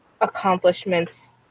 accomplishments